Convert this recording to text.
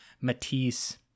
Matisse